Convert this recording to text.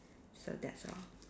so that's all